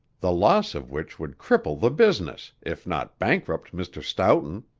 the loss of which would cripple the business, if not bankrupt mr. stoughton.